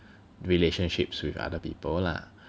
relationships with other people lah